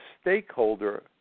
stakeholder